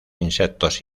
insectos